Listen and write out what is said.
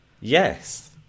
Yes